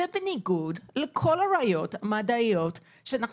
זה בניגוד לכל הראיות המדעיות שאנחנו